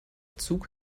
zug